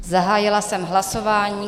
Zahájila jsem hlasování.